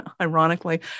ironically